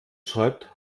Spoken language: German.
schreibt